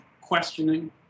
questioning